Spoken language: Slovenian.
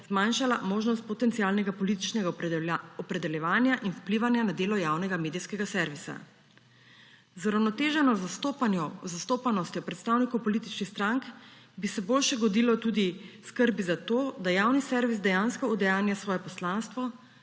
zmanjšala možnost potencialnega političnega opredeljevanja in vplivanja na delo javnega medijskega servisa. Z uravnoteženo zastopanostjo predstavnikov političnih strank bi se boljše godilo tudi skrbi za to, da javni servis dejansko udejanja svoje poslanstvo